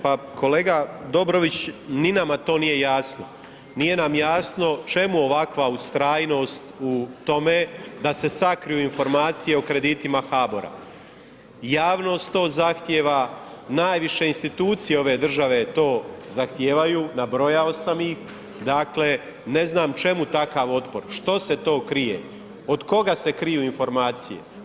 Pa kolega Dobrović, ni nama to nije jasno, nije nam jasno čemu ovakva ustrajnost u tome da se sakriju informacije o kreditima HBOR-a, javnost to zahtijeva, najviše institucije ove države to zahtijevaju, nabrojao sam ih, dakle, ne znam čemu takav otpor, što se to krije, od koga se kriju informacije?